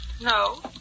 No